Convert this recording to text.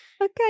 Okay